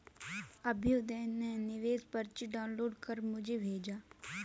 अभ्युदय ने निवेश पर्ची डाउनलोड कर मुझें भेजा